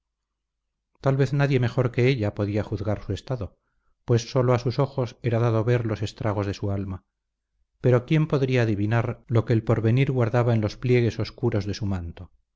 tal vez nadie mejor que ella podía juzgar su estado pues sólo a sus ojos era dado ver los estragos de su alma pero quién podía adivinar lo que el porvenir guardaba en los pliegues oscuros de su manto